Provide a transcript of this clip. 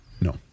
No